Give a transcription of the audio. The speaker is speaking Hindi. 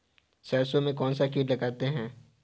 सरसों में कौनसा कीट लगता है?